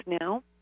now